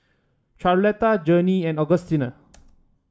Charlotta Journey and Augustina